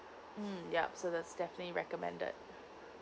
mm yup so that's definitely recommended